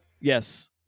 Yes